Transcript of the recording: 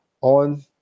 On